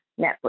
Netflix